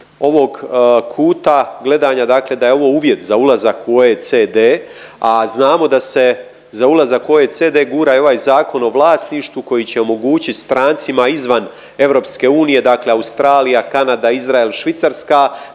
ovog kuta gledanja dakle da je ovo uvjet za ulazak u OECD, a znamo da se za ulazak u OECD gura i ovaj Zakon o vlasništvu koji će omogućiti strancima izvan EU, dakle Australija, Kanada, Izrael, Švicarska